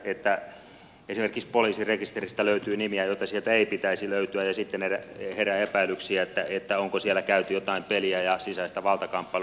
esimerkiksi poliisirekisteristä löytyy nimiä joita sieltä ei pitäisi löytyä ja sitten herää epäilyksiä onko siellä käyty jotain peliä ja sisäistä valtakamppailua